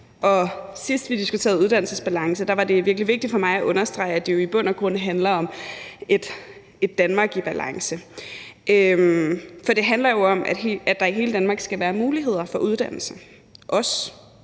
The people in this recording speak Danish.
sidst vi diskuterede uddannelsesbalance, var det virkelig vigtigt for mig at understrege, at det i bund og grund handler om et Danmark i balance. For det handler jo om, at der i hele Danmark skal være muligheder for uddannelse,